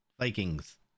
Vikings